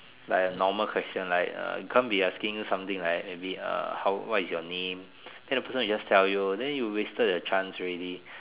like a normal question like err can't be asking you something like maybe like err how what is your name then the person will just tell you then you wasted your chance already